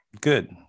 good